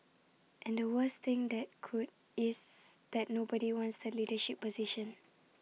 and the worst thing that could is that nobody wants the leadership position